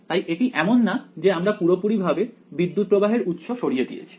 তাই এটি এমন না যে আমরা পুরোপুরিভাবে বিদ্যুত্ প্রবাহের উৎস সরিয়ে দিয়েছি